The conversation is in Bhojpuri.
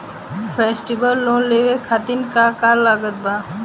फेस्टिवल लोन लेवे खातिर का का लागत बा?